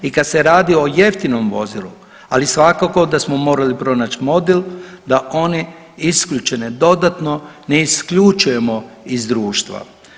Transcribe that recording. I kad se radi o jeftinom vozilu, ali svakako da smo morali pronaći model, da one isključene dodatno ne isključujemo iz društva.